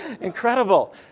Incredible